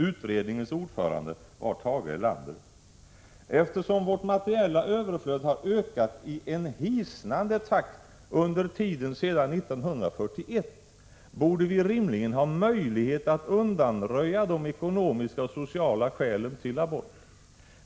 Utredningens ordförande var Tage Erlander. Eftersom vårt materiella överflöd har ökat i en hisnande takt under tiden sedan 1941 borde vi rimligen ha möjlighet att undanröja de ekonomiska och sociala skälen till abort.